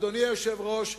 אדוני היושב-ראש,